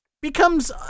becomes